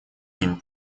ним